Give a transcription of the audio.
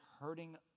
hurting